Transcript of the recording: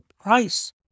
price